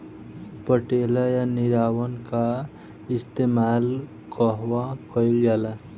पटेला या निरावन का इस्तेमाल कहवा कइल जाला?